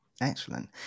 Excellent